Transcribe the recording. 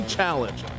Challenge